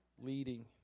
leading